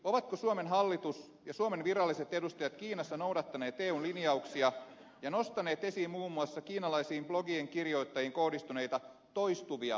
ovatko suomen hallitus ja suomen viralliset edustajat kiinassa noudattaneet eun linjauksia ja nostaneet esiin muun muassa kiinalaisiin blogien kirjoittajiin kohdistuneita toistuvia ihmisoikeusloukkauksia